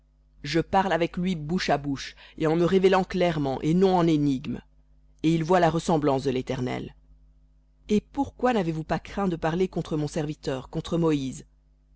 je parle avec lui bouche à bouche et clairement et non en énigmes et il voit la ressemblance de l'éternel et pourquoi n'avez-vous pas craint de parler contre mon serviteur contre moïse